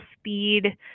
speed